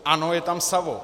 Ano, je tam savo.